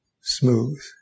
Smooth